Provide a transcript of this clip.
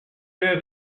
der